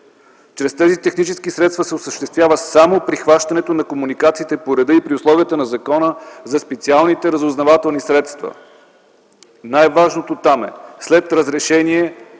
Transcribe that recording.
Чрез тези технически средства се осъществява само прихващането на комуникациите по реда и при условията на Закона за специалните разузнавателни средства.” Най-важното там е: „След разрешение